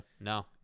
No